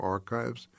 Archives